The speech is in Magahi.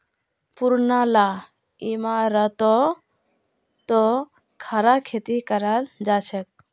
पुरना ला इमारततो खड़ा खेती कराल जाछेक